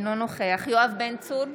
אינו נוכח יואב בן צור,